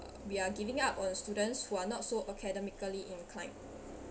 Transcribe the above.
we are giving up on students who are not so academically inclined